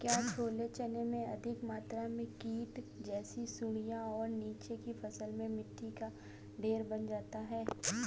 क्या छोले चने में अधिक मात्रा में कीट जैसी सुड़ियां और नीचे की फसल में मिट्टी का ढेर बन जाता है?